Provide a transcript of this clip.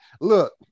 look